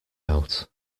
out